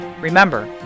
Remember